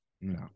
No